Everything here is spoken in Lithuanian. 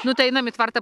nu tai einam į tvartą